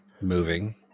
moving